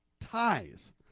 ties